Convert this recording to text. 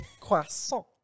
Croissant